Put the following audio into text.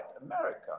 America